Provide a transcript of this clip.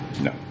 no